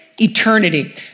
eternity